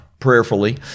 Prayerfully